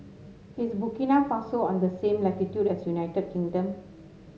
is Burkina Faso on the same latitude as United Kingdom